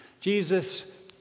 Jesus